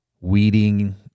weeding